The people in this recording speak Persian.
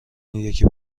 یکی